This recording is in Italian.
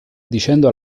dicendo